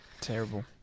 Terrible